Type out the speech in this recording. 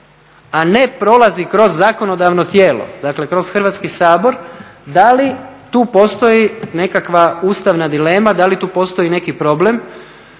a ne prolazi kroz zakonodavno tijelo, dakle kroz Hrvatski sabor da li tu postoji nekakva ustavna dilema, da li tu postoji neki problem,